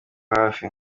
hafi